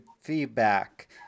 feedback